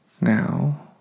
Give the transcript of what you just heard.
now